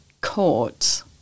court